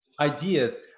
ideas